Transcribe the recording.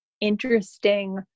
interesting